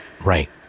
right